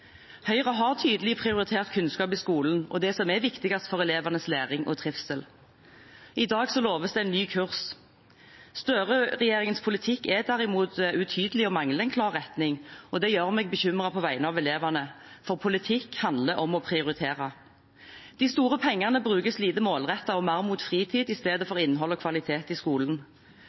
Høyre har tydelig prioritert kunnskap i skolen og det som er viktigst for elevenes læring og trivsel. I dag loves det en ny kurs. Støre-regjeringens politikk er derimot utydelig og mangler en klar retning, og det gjør meg bekymret på vegne av elevene. For politikk handler om å prioritere. De store pengene brukes lite målrettet, og mer på fritid istedenfor på innhold og kvalitet i skolen.